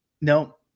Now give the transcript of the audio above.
No